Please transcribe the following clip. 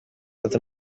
itatu